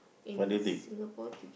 in Singapore to